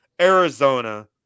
arizona